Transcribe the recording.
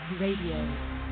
Radio